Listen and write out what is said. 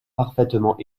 parfaitement